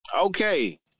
Okay